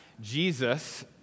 Jesus